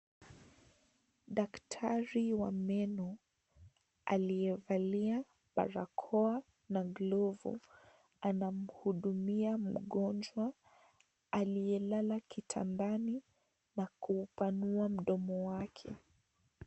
Daktari wa meno aliyevalia barakoa na glovu, anamhudumia mgonjwa, aliyelala kitandani na kuupanua mdomo wake.